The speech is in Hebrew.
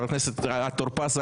חבר הכנסת טור פז,